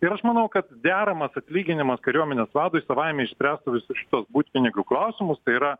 ir aš manau kad deramas atlyginimas kariuomenės vadui savaime išspręstų visus šitus butpinigių klausimus tai yra